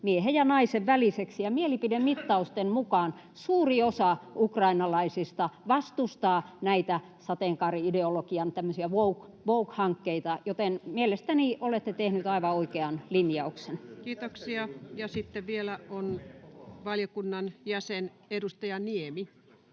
miehen ja naisen väliseksi, ja mielipidemittausten mukaan suuri osa ukrainalaisista vastustaa tämmöisiä sateenkaari-ideologian woke-hankkeita, joten mielestäni olette tehnyt aivan oikean linjauksen. Kiitoksia. — Sitten vielä on valiokunnan jäsen, edustaja Niemi.